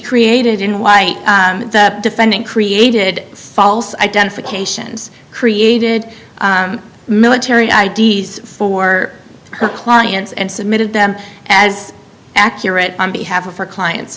created in white defending created false identifications created military i d s for her clients and submitted them as accurate on behalf of her clients